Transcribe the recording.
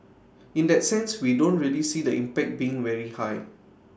in that sense we don't really see the impact being very high